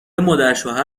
مادرشوهر